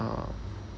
uh